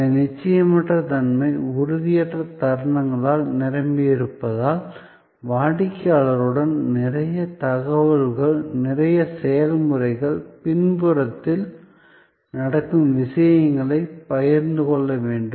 இந்த நிச்சயமற்ற தன்மை உறுதியற்ற தருணங்களால் நிரம்பியிருப்பதால் வாடிக்கையாளருடன் நிறைய தகவல்கள் நிறைய செயல்முறைகள் பின்புறத்தில் நடக்கும் விஷயங்களைப் பகிர்ந்து கொள்ள வேண்டும்